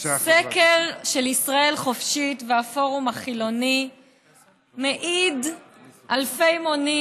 סקר של ישראל חופשית והפורום החילוני מעיד אלפי מונים